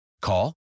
Call